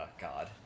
God